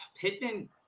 Pittman –